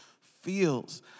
feels